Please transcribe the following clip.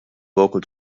vocal